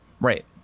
Right